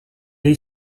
est